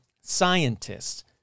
scientists